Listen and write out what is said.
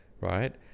right